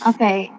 Okay